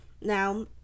Now